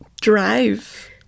Drive